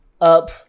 up